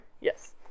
Yes